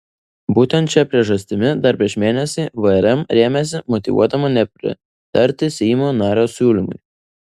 būtent šia priežastimi dar prieš mėnesį vrm rėmėsi motyvuodama nepritarti seimo nario siūlymui